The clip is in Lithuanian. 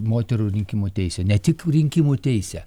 moterų rinkimų teisė ne tik rinkimų teisę